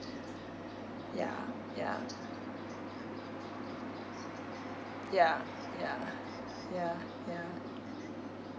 ya ya ya ya ya ya